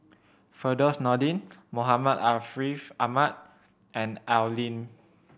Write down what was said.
Firdaus Nordin Muhammad Ariff Ahmad and Al Lim